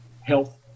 health